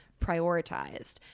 prioritized